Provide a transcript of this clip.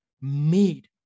made